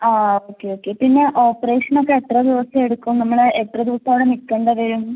ആ okay okay പിന്നെ ഓപ്പറേഷനൊക്കെ എത്ര ദിവസം എടുക്കും നമ്മൾ എത്ര ദിവസം നിൽക്കെണ്ടത്